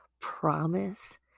promise